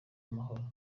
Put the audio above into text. amahoro